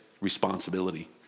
responsibility